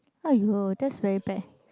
!aiyo! that's very bad